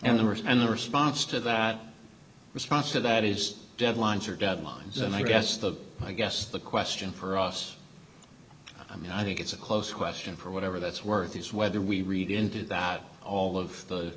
and the st and the response to that response to that is deadlines or deadlines and i guess the i guess the question for us i mean i think it's a close question for whatever that's worth is whether we read into it that all of the